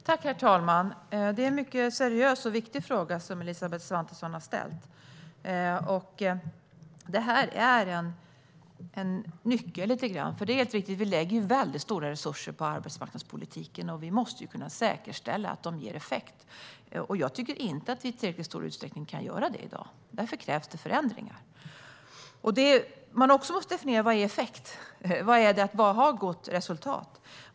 Herr talman! Det är en mycket seriös och viktig fråga som Elisabeth Svantesson har ställt. Detta är lite grann en nyckel. Det är riktigt att vi lägger stora resurser på arbetsmarknadspolitiken, och vi måste kunna säkerställa att de ger effekt. Jag tycker inte att vi i tillräckligt stor utsträckning kan göra det i dag. Därför krävs förändringar. Man måste definiera vad effekt är. Vad är det att ha gott resultat?